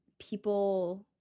people